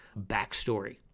backstory